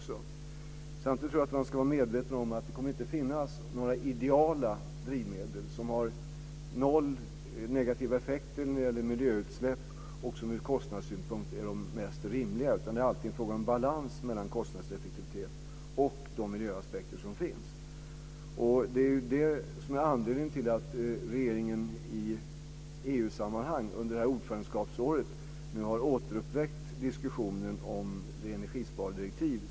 Samtidigt tror jag att man ska vara medveten om att det inte kommer att finnas några ideala drivmedel som har noll negativa effekter när det gäller miljöutsläpp och som ur kostnadssynpunkt är de mest rimliga. Det är alltid en fråga om balans mellan kostnadseffektivitet och de miljöaspekter som finns. Det är det som är anledningen till att regeringen i EU-sammanhang under ordförandeskapsåret nu har återuppväckt diskussionen om ett enerigspardirektiv.